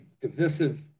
divisive